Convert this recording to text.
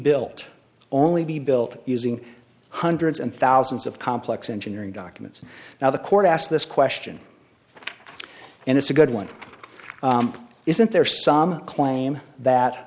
built only be built using hundreds and thousands of complex engineering documents now the court asked this question and it's a good one isn't there some claim that